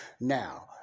Now